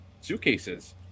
suitcases